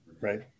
Right